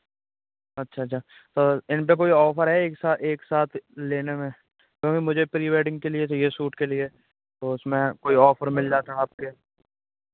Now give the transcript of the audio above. अच्छा अच्छा तो इनपर कोई ऑफ़र है एक सा एक साथ लेने में क्योंकि मुझे प्री वेडिंग के लिए चाहिए सूट के लिए तो उसमें कोई ऑफ़र मिल जाता आपके